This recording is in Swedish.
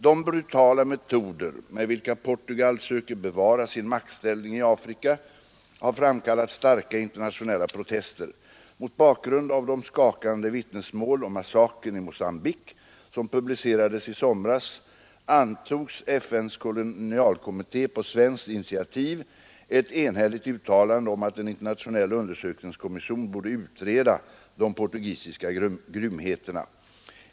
De brutala metoder, med vilka Portugal söker bevara sin maktställning i Afrika, har framkallat starka internationella protester. Mot bakgrund av de skakande vittnesmål om massakrer i Mogambique, som publicerades i somras, antog FN:s kolonialkommitté på svenskt initiativ ett enhälligt uttalande om att en internationell undersökningskommission borde utreda de portugisiska grymheterna.